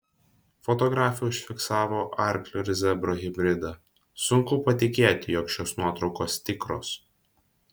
fotografė užfiksavo arklio ir zebro hibridą sunku patikėti jog šios nuotraukos tikros